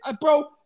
Bro